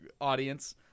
audience